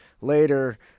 later